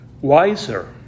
wiser